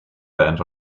band